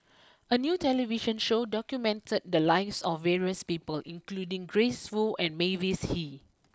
a new television show documented the lives of various people including Grace Fu and Mavis Hee